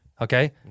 Okay